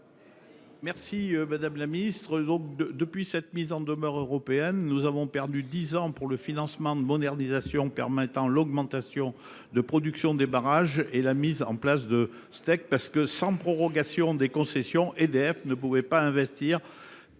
Madame la ministre, depuis cette mise en demeure européenne, nous avons perdu dix ans dans le financement de modernisations permettant l’augmentation de production des barrages et la mise en place de Step. Et voilà ! Sans prorogation des concessions, EDF ne pouvait en effet pas investir.